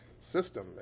system